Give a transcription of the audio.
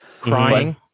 Crying